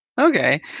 Okay